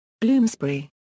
Bloomsbury